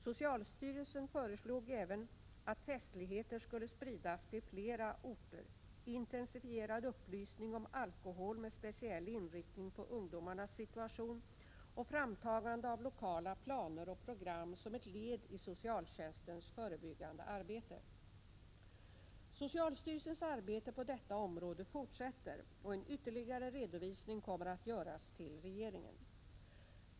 Socialstyrelsen föreslog även att festligheter skulle spridas till fler orter, att det skulle ges intensifierad upplysning om alkohol med speciell inriktning på ungdomarnas situation och att lokala planer och program skulle tas fram som ett led i socialtjänstens förebyggande arbete. Socialstyrelsens arbete på detta område fortsätter, och en ytterligare redovisning kommer att lämnas till regeringen.